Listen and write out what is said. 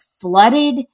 flooded